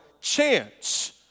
chance